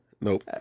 Nope